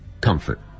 comfort